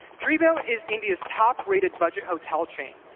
treebo is india's top rated budget hotel chain.